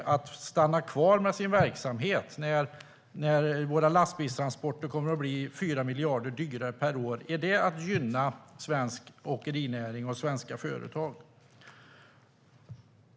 Varför ska de stanna kvar med sin verksamhet här när lastbilstransporterna kommer att bli 4 miljarder dyrare per år? Är det att gynna svensk åkerinäring och svenska företag?